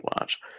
watch